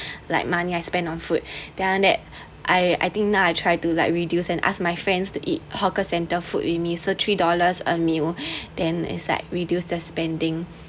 like money I spend on food then after that that I I think now I try to like reduce and ask my friends to eat hawker centre food with me so three dollars a meal then is like reduce the spending